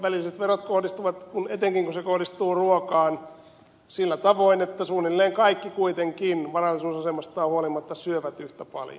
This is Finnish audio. välilliset verot etenkin kun ne kohdistuvat ruokaan kohdistuvat sillä tavoin että kaikki kuitenkin varallisuusasemastaan huolimatta syövät suunnilleen yhtä paljon